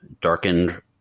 darkened